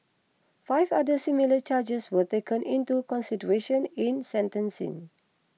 five other similar charges were taken into consideration in sentencing